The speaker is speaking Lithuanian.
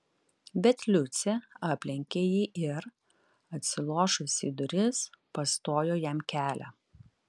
bet liucė aplenkė jį ir atsilošusi į duris pastojo jam kelią